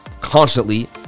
constantly